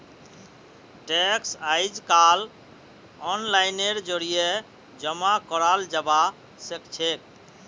tax अइजकाल ओनलाइनेर जरिए जमा कराल जबा सखछेक